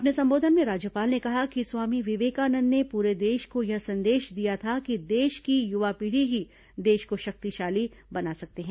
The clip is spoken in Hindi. अपने संबोधन में राज्यपाल ने कहा कि स्वामी विवेकानंद ने पूरे देश को यह संदेश दिया था कि देश की युवा पीढ़ी ही देश को शक्तिशाली बना सकते हैं